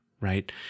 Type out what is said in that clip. right